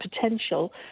potential